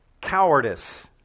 cowardice